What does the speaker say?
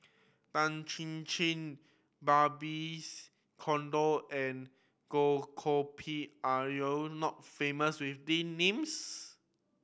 Tan Chin Chin Babes Conde and Goh Koh Pui are you not famous with these names